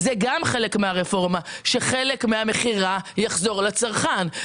זה גם חלק מהרפורמה, שחלק מהמכירה יחזור לצרכן.